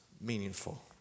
meaningful